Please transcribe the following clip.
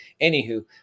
anywho